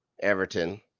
Everton